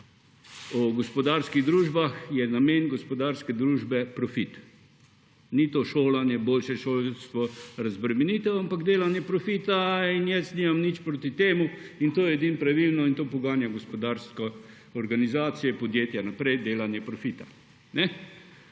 o gospodarskih družbah, je namen gospodarske družbe profit. Ni to šolanje, boljše šolstvo, razbremenitev, ampak delanje profita. In jaz nimam nič proti temu. To je edino pravilno, in to poganja gospodarstvo, organizacije, podjetja naprej, delanje profita.